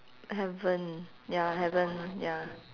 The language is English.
haven't ya haven't ya